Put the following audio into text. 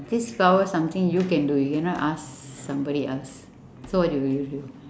this power something you can do you cannot ask somebody else so what will you do